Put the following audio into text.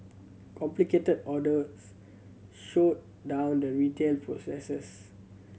complicated orders slowed down the retail processes